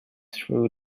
through